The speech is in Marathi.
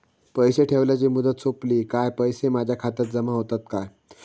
पैसे ठेवल्याची मुदत सोपली काय पैसे माझ्या खात्यात जमा होतात काय?